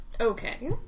Okay